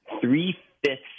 Three-fifths